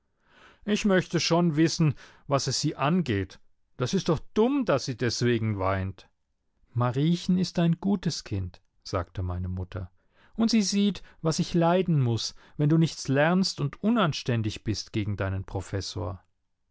ich möchte schon wissen was es sie angeht das ist doch dumm daß sie deswegen weint mariechen ist ein gutes kind sagte meine mutter und sie sieht was ich leiden muß wenn du nichts lernst und unanständig bist gegen deinen professor